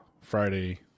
Friday